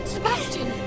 Sebastian